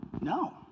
No